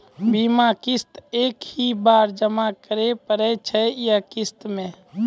बीमा किस्त एक ही बार जमा करें पड़ै छै या किस्त मे?